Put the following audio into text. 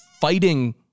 fighting